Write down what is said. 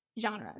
genres